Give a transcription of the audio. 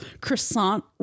croissant